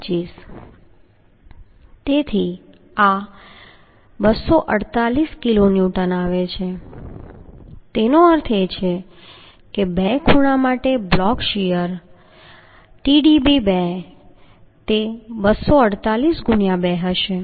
25 તેથી આ 248 કિલોન્યુટન આવે છે તેનો અર્થ એ કે બે ખૂણા માટે બ્લોક શીયર Tdb2 તે 248 ગુણ્યાં 2 હશે